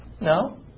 No